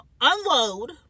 unload